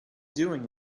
doing